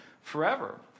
forever